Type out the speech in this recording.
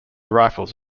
rifles